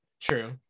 True